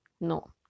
No